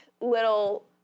little